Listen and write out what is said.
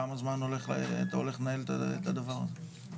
כמה זמן אתה הולך לנהל את הדבר הזה?